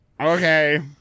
Okay